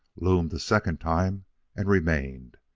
loomed a second time and remained.